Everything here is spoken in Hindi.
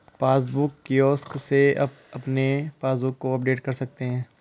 पासबुक किऑस्क से आप अपने पासबुक को अपडेट कर सकते हैं